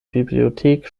bibliothek